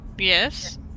Yes